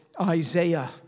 Isaiah